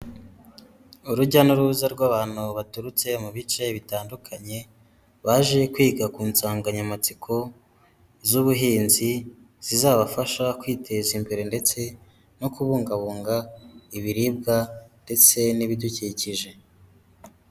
Urujya n'uruza rw'abantu baturutse mu bice bitandukanye, baje kwiga ku nsanganyamatsiko z'ubuhinzi zizabafasha kwiteza imbere ndetse no kubungabunga ibiribwa ndetse n'ibidukikije.